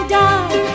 die